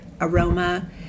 aroma